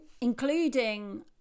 including